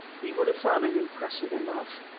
he would have found it impressive enough.